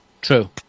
True